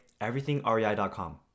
everythingrei.com